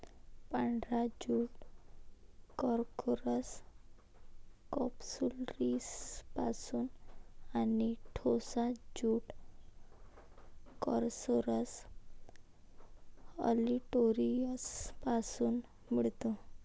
पांढरा jute Corchorus कॅप्सुलरिसपासून आणि टोसा ज्यूट कॉर्कोरस ऑलिटोरियसपासून मिळतो